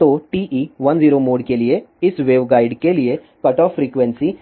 तो TE10 mode के लिए इस वेवगाइड के लिए कटऑफ फ्रीक्वेंसी